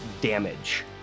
damage